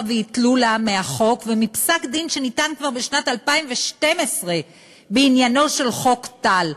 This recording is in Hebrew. ואטלולא מהחוק ומפסק-דין שניתן כבר בשנת 2012 בעניינו של חוק טל,